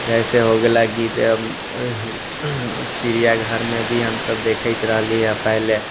जैसे हो गेलै कि चिड़िया घरमे भी हमसब देखैत रहली हँ पहिले